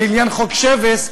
לעניין חוק שבס,